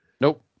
nope